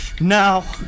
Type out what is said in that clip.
Now